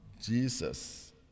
Jesus